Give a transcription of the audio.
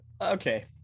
okay